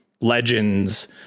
legends